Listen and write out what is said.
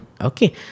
Okay